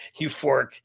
euphoric